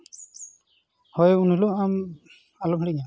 ᱦᱳᱭ ᱩᱱᱦᱤᱞᱳᱜ ᱟᱢ ᱟᱞᱚᱢ ᱦᱤᱲᱤᱧᱟ